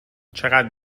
چقدر